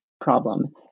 problem